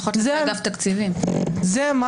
זה מה